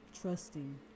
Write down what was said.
trusting